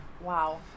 Wow